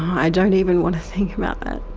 i don't even want to think about that,